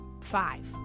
five